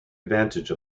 advantage